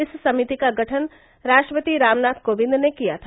इस समिति का गठन राष्ट्रपति रामनाथ कोविंद ने किया था